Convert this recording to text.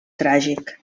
tràgic